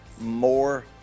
more